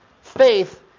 Faith